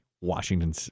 Washington